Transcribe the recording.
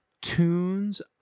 tunes